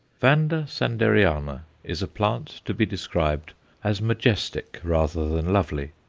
vanda sanderiana is a plant to be described as majestic rather than lovely,